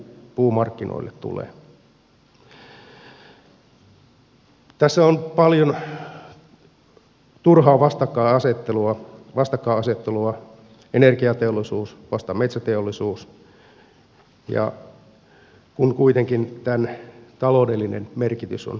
tässä on paljon turhaa vastakkainasettelua energiateollisuus vastaan metsäteollisuus kun kuitenkin tämän taloudellinen merkitys on aika pieni